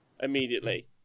immediately